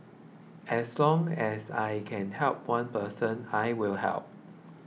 as long as I can help one person I will help